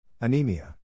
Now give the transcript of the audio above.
anemia